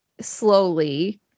slowly